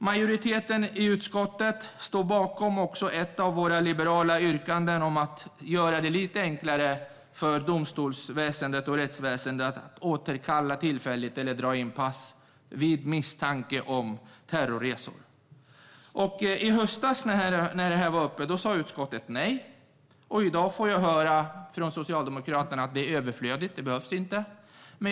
Majoriteten i utskottet står också bakom ett av våra liberala yrkanden om att göra det lite enklare för domstols och rättsväsendet att tillfälligt återkalla eller dra in pass vid misstanke om terrorresa. I höstas när det här var uppe sa utskottet nej. I dag får jag höra från Socialdemokraterna att det är överflödigt och inte behövs.